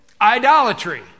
idolatry